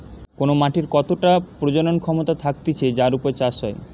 কোন মাটির কতটা প্রজনন ক্ষমতা থাকতিছে যার উপর চাষ হয়